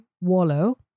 wallow